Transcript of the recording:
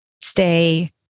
stay